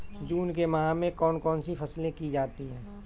जून के माह में कौन कौन सी फसलें की जाती हैं?